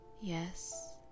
Yes